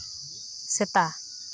ᱥᱮᱛᱟ